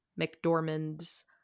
McDormand's